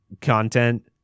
Content